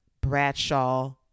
Bradshaw